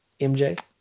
MJ